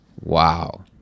Wow